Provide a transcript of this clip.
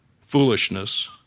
foolishness